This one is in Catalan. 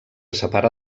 separa